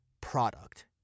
product